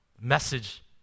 message